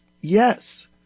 yes